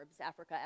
Africa